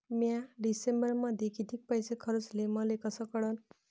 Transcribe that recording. म्या डिसेंबरमध्ये कितीक पैसे खर्चले मले कस कळन?